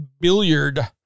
billiard